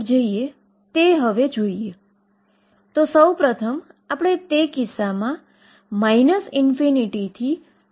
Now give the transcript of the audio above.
અથવા તો જેને સમય સ્વતંત્ર શ્રોડિંજરSchrödinger સમીકરણ તરીકે પણ ઓળખવામાં આવે છે